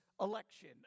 election